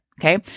Okay